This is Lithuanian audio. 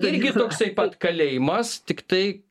irgi toksai pat kalėjimas tiktai